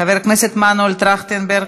חבר הכנסת מנואל טרכטנברג,